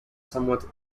somewhat